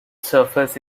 surface